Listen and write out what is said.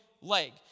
leg